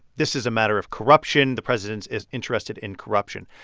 this is a matter of corruption. the president is interested in corruption.